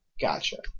Gotcha